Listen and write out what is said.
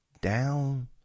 down